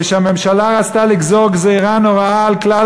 כשהממשלה רצתה לגזור גזירה נוראה על כלל